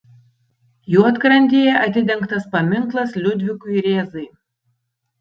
juodkrantėje atidengtas paminklas liudvikui rėzai